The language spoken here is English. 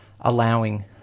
allowing